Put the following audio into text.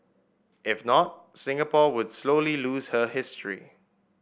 if not Singapore would slowly lose her history